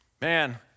Man